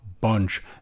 bunch